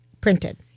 printed